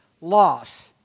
loss